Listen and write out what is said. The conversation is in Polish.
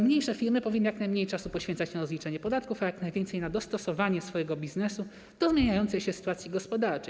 Mniejsze firmy powinny jak najmniej czasu poświęcać na rozliczenie podatków, a jak najwięcej na dostosowanie swojego biznesu do zmieniającej się sytuacji gospodarczej.